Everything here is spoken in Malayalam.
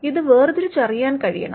ഇത് വേർതിരിച്ചറിയാൻ കഴിയണം